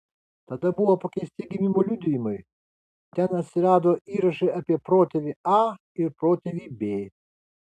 tada buvo pakeisti gimimo liudijimai ten atsirado įrašai apie protėvį a ir protėvį b